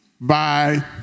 Bye